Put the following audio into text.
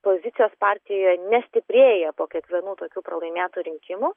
pozicijos partijoje nestiprėja po kiekvienų tokių pralaimėtų rinkimų